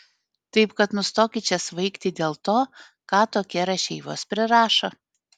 taip kad nustokit čia svaigti dėl to ką tokie rašeivos prirašo